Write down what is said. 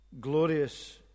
glorious